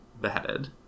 beheaded